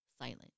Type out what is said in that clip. silent